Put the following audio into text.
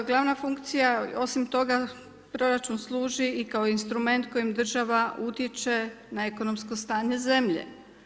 Drugo, glavna funkcija osim toga proračun služi i kao instrument kojim država utječe na ekonomsko stanje zemlje.